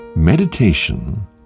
Meditation